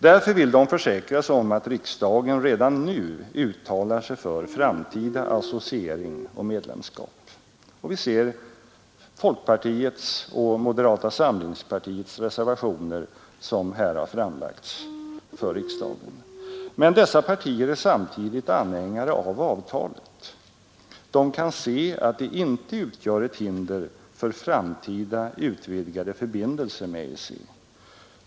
Därför vill de försäkra sig om att riksdagen redan nu uttalar sig för framtida associering och medlemskap, och vi ser folkpartiets och moderata samlingspartiets reservationer som här framlagts för riksdagen. Men dessa partier är samtidigt anhängare av avtalet. De kan se att det inte utgör ett hinder för framtida utvidgade förbindelser med EEC.